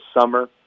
summer